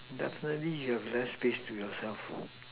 definitely you have less space to yourself